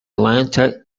atlanta